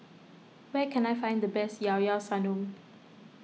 where can I find the best Ilao Ilao Sanum